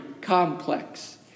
complex